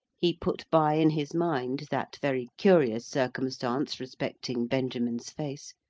he put by in his mind that very curious circumstance respecting benjamin's face,